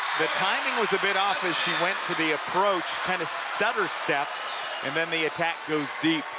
the timing was a bit off as she went to the approach, kind of stutter stepped and then the attack goes deep.